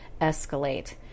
escalate